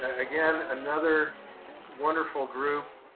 ah again, another wonderful group,